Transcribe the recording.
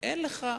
אין לך,